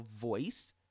voice